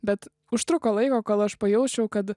bet užtruko laiko kol aš pajausčiau kad